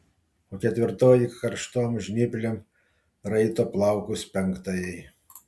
o ketvirtoji karštom žnyplėm raito plaukus penktajai